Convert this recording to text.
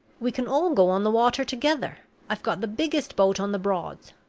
we can all go on the water together i've got the biggest boat on the broads.